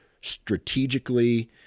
strategically